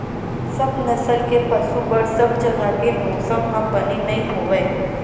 सब नसल के पसु बर सब जघा के मौसम ह बने नइ होवय